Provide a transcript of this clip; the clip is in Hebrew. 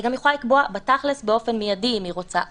היא גם יכולה לקבוע בתכלס באופן מיידי אם היא רוצה,